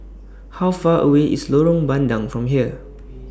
How Far away IS Lorong Bandang from here